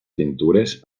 pintures